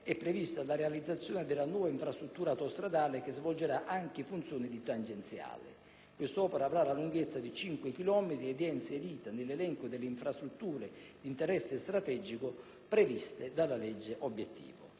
è prevista la realizzazione della nuova infrastruttura autostradale che svolgerà anche funzioni di tangenziale. Quest'opera avrà la lunghezza di 5 chilometri ed è inserita nell'elenco delle infrastrutture di interesse strategico, previste dalla legge obiettivo.